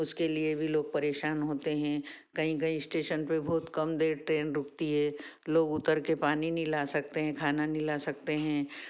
उसके लिए भी लोग परेशान होते हैं कहीं कहीं स्टेशन पर बहुत कम देर ट्रेन रूकती है लोग उतर कर पानी नहीं ला सकते हैं खाना नहीं ला सकते हैं